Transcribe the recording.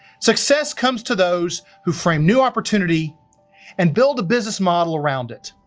success comes to those who frame new opportunity and build a business model around it.